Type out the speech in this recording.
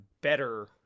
better